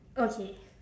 okay